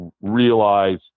realize